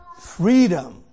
freedom